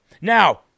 now